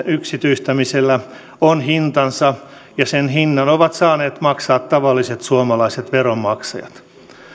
yksityistämisellä on hintansa ja sen hinnan ovat saaneet maksaa tavalliset suomalaiset veronmaksajat